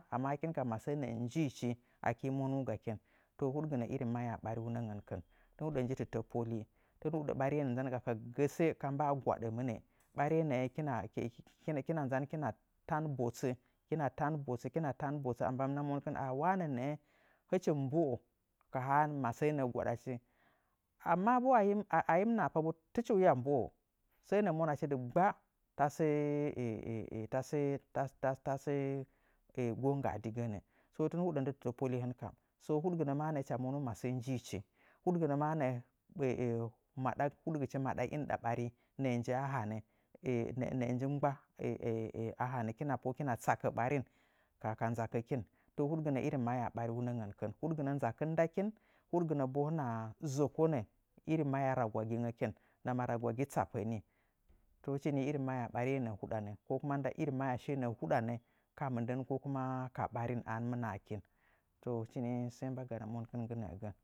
Amma hɨkin kam masəə nəə njiichi akii monu gakin. To huɗgɨna mahyaa ɓarinnəngənkɨn. Tɨn huɗə nji tətə poli, tɨn huɗə ɓariye nzanga ka gəgə sə ka mba a gwaɗəmɨnɨ. Ɓariye nəə hɨkina nzan hikina yan botsə, hɨkina tan botsə, hɨkina tan botsə a mbamɨna monkɨn ahah wanə nəə hɨchi mɨ mboə ka haa masəə nəə gwaɗachi. Amma bo a mi mɨ a hii mɨ nahapa tɨchi waa mboə, səə nəə mwanachi dɨggba tasə tasə tasə gongga a digən. Tɨn huɗə ndɨ tətə poli hɨn kam so huɗgɨnə maa nəə hɨcha momu masəə njiichi, huɗgɨnə maa nəə, maɗa, huɗgɨchi maɗa ɓarin nəə nji a hanə, nəə nji mgbak hɨkina pohəə hɨkina tsakə ɓarin ka nəakəkin. To huɗgɨnə mahyaa ɓariungngənkɨn. Huɗgɨnə nzakin ndakin, huɗgɨnə bo hɨna zəkonə irin mahyaa rawagingəkin, ragwagi tsapə nii. So, hɨtchi nii mahyaa ɓariye nəə huɗanə ko kuma nda mahyaa shiye nəə huɗanə ka mɨndən ko kuma ka ɓarin a hɨn mɨ nahakin. To hɨchi nii səə mbagana monkɨn nggɨ nəəgən.